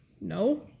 No